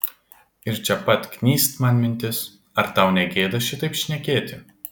ir čia pat knyst man mintis ar tau negėda šitaip šnekėti